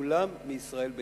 כולם מישראל ביתנו,